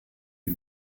die